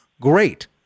great